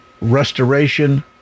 restoration